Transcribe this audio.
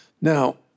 Now